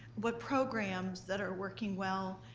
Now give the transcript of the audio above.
what programs that are working well,